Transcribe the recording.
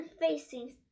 facing